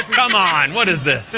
come on, what is this?